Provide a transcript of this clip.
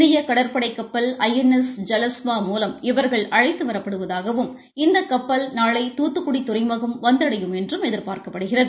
இந்திய கடற்படை கப்பல் ஐ என் எஸ் ஜலஸ்வா மூலம் இவர்கள் அழைத்து வரப்படுவதாகவும் இந்த கப்பல் நாளை தூத்துக்குடி துறைமுகம் வந்தடையும் என்றும் எதிர்பார்க்கப்படுகிறது